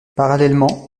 parallèlement